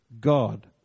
God